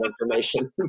information